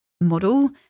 Model